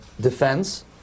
defense